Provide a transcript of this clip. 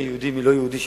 מי יהודי ומי לא יהודי שם.